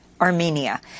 Armenia